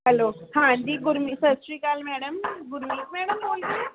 hello ਹਾਂਜੀ ਗੁਰਮੀ ਸਤਿ ਸ਼੍ਰੀ ਅਕਾਲ ਮੈਡਮ ਗੁਰਮੀਤ ਮੈਡਮ ਬੋਲ ਰਹੇ ਹੈ